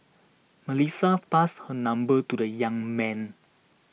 Melissa passed her number to the young man